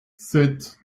sept